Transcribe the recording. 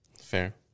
Fair